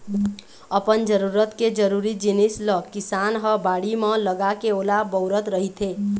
अपन जरूरत के जरुरी जिनिस ल किसान ह बाड़ी म लगाके ओला बउरत रहिथे